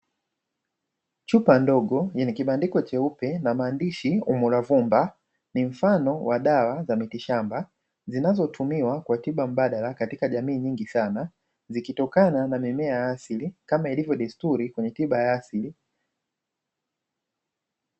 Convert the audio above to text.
Chupa ndogo yenye kibandiko cheupe na maandishi umulavumba, ni mfano wa dawa za mitishamba, zinazotumiwa kwa tiba mbadala katika jamii nyingi sana. Zikitokana na mimea ya asili kama ilivyo desturi kwenye tiba ya asili.